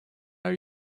are